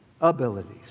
abilities